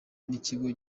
n’ikigo